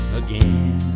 again